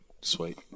Sweet